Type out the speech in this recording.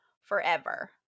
forever